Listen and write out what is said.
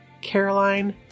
Caroline